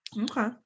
Okay